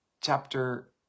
chapter